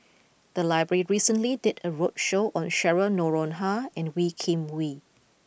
the library recently did a roadshow on Cheryl Noronha and Wee Kim Wee